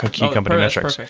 but key company metrics.